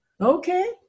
okay